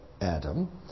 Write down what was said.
Adam